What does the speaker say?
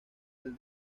del